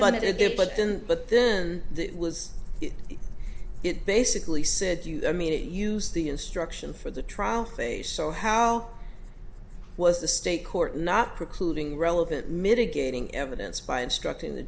wanted to do but then but then was it basically said you or me to use the instruction for the trial phase so how was the state court not precluding relevant mitigating evidence by instructing the